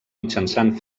mitjançant